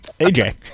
AJ